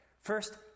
First